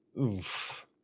Oof